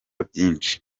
byinshi